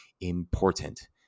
Important